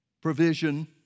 provision